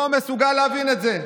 לא מסוגל להבין את זה.